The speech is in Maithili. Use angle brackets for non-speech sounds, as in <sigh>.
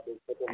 <unintelligible>